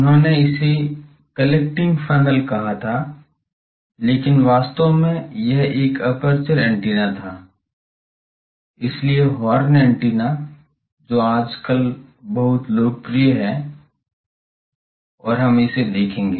उन्होंने इसे collecting funnel कहा था लेकिन वास्तव में यह एक एपर्चर एंटीना था इसलिए हॉर्न एंटीना जो आज तक बहुत लोकप्रिय है और हम इसे देखेंगे